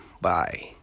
Bye